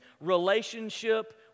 relationship